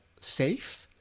safe